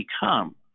become